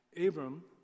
Abram